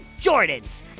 Jordans